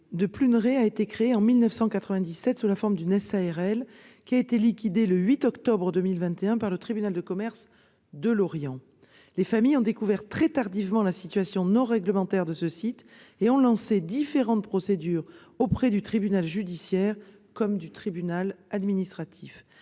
de Pluneret a été créé en 1997 sous la forme d'une société à responsabilité limitée (SARL), qui a été liquidée le 8 octobre 2021 par le tribunal de commerce de Lorient. Les familles ont découvert très tardivement la situation non réglementaire de ce site, et ont lancé différentes procédures auprès du tribunal judiciaire comme du tribunal administratif.